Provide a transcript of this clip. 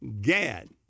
Gad